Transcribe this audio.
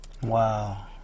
wow